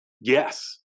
Yes